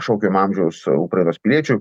šaukiamo amžiaus ukrainos piliečių